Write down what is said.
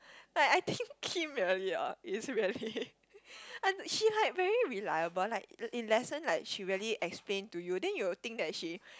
like I think Kim really hor is really she like very reliable like in lesson like she really explain to you then you will think that she